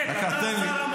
אז תן את התשובה הזאת לבג"ץ.